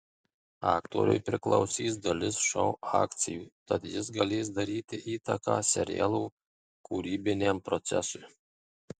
aktoriui priklausys dalis šou akcijų tad jis galės daryti įtaką serialo kūrybiniam procesui